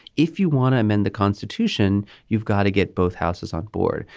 if you want to amend the constitution you've got to get both houses on board.